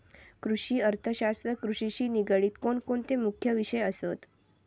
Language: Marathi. कृषि अर्थशास्त्रात कृषिशी निगडीत कोणकोणते मुख्य विषय असत?